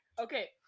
Okay